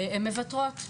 הן מוותרות.